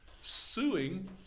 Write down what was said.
suing